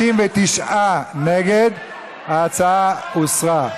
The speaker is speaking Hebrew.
59 נגד, ההצעה הוסרה.